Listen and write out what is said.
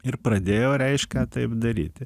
ir pradėjau reiškia taip daryti